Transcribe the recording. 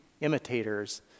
imitators